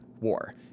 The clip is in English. war